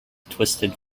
twisted